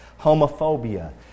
Homophobia